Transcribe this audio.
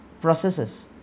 processes